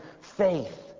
faith